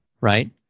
right